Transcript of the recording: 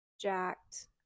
jacked